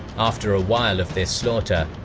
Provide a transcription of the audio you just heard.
after a while of this slaughter,